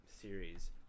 series